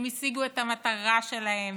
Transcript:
הם השיגו את המטרה שלהם,